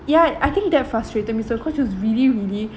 ya I think that frustrated me so cause it was really really